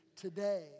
today